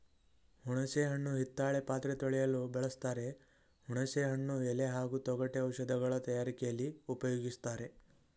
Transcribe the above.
ಹುಣಸೆ ಹಣ್ಣು ಹಿತ್ತಾಳೆ ಪಾತ್ರೆ ತೊಳೆಯಲು ಬಳಸ್ತಾರೆ ಹುಣಸೆ ಹಣ್ಣು ಎಲೆ ಹಾಗೂ ತೊಗಟೆ ಔಷಧಗಳ ತಯಾರಿಕೆಲಿ ಉಪ್ಯೋಗಿಸ್ತಾರೆ